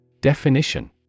Definition